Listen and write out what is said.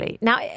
now